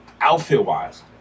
outfit-wise